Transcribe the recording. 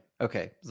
Okay